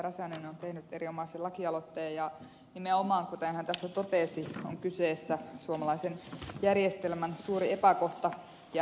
räsänen on tehnyt erinomaisen lakialoitteen ja nimenomaan kuten hän tässä totesi on kyseessä suomalaisen järjestelmän suuri epäkohta ja häpeäpilkku